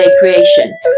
creation